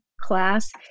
class